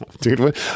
dude